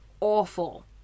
awful